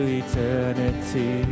eternity